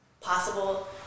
possible